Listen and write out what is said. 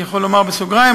אני יכול לומר בסוגריים,